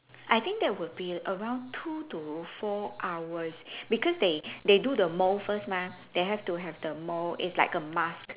I think that will be around two to four hours because they they do the mold first mah they have to have the mold it's like a mask